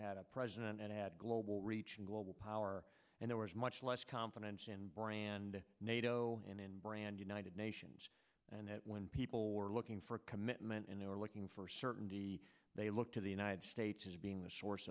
had a president that had global reach and global power and there was much less confidence in brand nato and in brand united nations and that when people were looking for a commitment and they were looking for certainty they look to the united states as being the source